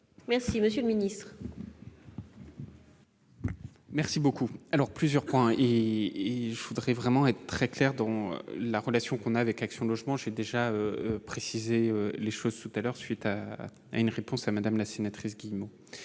Merci, monsieur le Ministre. Merci beaucoup alors plusieurs points, il faudrait vraiment être très clair dans la relation qu'on a avec Action Logement chez déjà préciser les choses, tout à l'heure, suite à une réponse à Madame la sénatrice Guillemot